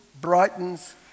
brightens